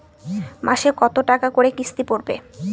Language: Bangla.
মাসে কত টাকা করে কিস্তি পড়বে?